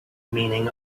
meaning